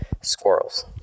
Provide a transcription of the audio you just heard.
squirrels